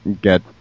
get